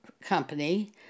company